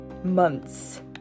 Months